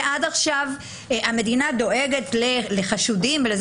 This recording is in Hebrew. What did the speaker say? ועד עכשיו המדינה דואגת לחשודים וכולי,